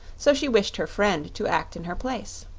so she wished her friend to act in her place.